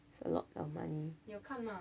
it's a lot lah money